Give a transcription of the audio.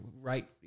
right